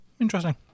Interesting